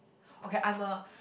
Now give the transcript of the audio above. okay I'm a